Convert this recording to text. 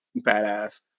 badass